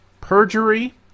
Perjury